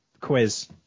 quiz